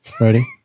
Ready